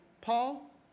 Paul